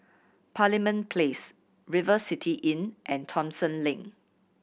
Parliament Place River City Inn and Thomson Lane